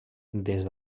des